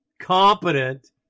competent